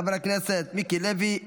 חבר הכנסת מיקי לוי,